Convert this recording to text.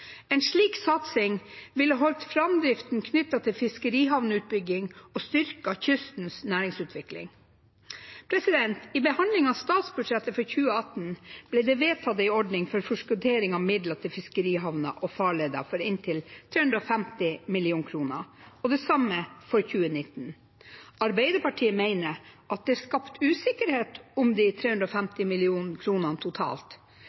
En slik satsing ville holdt framdriften knyttet til fiskerihavneutbygging og styrket kystens næringsutvikling. I behandlingen av statsbudsjettet for 2018 ble det vedtatt en ordning for forskuttering av midler til fiskerihavner og farleder for inntil 350 mill. kr, og det samme for 2019. Arbeiderpartiet mener at det er skapt usikkerhet om hvorvidt det er 350 mill. kr totalt,